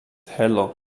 heller